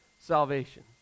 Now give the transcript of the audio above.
salvation